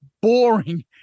boring